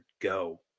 go